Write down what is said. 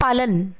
पालन